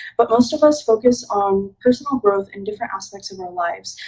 but most of us focused on personal growth in different aspects of our lives,